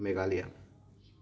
Meghalaya